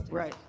right.